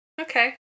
Okay